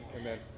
Amen